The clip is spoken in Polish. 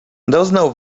doznał